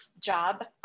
job